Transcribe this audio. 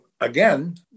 again